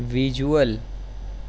visual